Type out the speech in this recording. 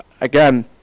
Again